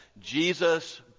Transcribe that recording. jesus